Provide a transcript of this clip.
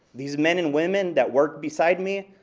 these men and women that work beside me.